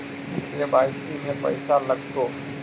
KYC में पैसा लगतै?